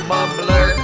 Mumbler